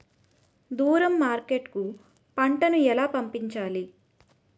దూరం మార్కెట్ కు పంట ను ఎలా పంపించాలి?